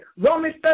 Romans